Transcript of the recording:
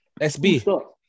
SB